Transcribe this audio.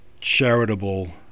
charitable